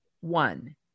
one